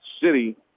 City